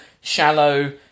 shallow